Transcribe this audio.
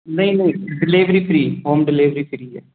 नहीं नहीं delivery free home delivery free है